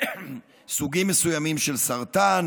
וסוגים מסוימים של סרטן.